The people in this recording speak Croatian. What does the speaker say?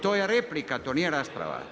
To je replika, to nije rasprava.